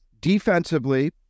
Defensively